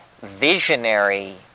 visionary